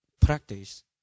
practice